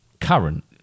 current